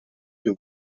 più